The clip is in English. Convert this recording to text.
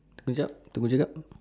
tunggu jap tunggu kejap